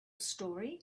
story